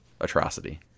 atrocity